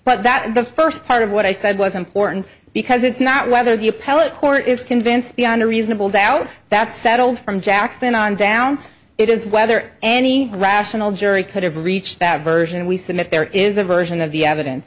but that the first part of what i said was important because it's not whether the appellate court is convinced beyond a reasonable doubt that's settled from jackson on down it is whether any rational jury could have reached that version we submit there is a version of the evidence